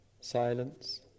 silence